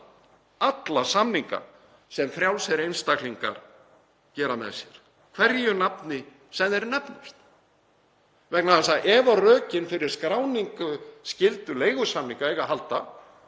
alla samninga sem frjálsir einstaklingar gera með sér, hverju nafni sem þeir nefnast, vegna þess að ef rökin fyrir skráningarskyldu leigusamninga eiga að halda